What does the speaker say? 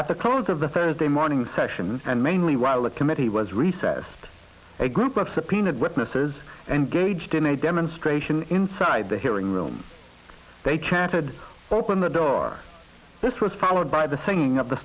at the close of the thursday morning session and mainly while the committee was recessed a group of subpoenaed witnesses and gauged in a demonstration inside the hearing room they chatted open the door this was followed by the singing of the